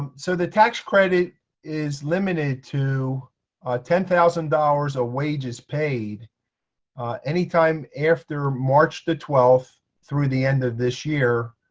and so the tax credit is limited to ten thousand dollars of wages paid anytime after march the twelfth through the end of this year,